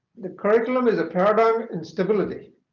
the curriculum is a paradigm in stability.